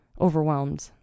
overwhelmed